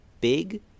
big